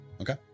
Okay